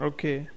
Okay